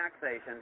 taxation